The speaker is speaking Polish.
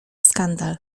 skandal